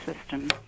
system